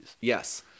Yes